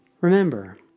Remember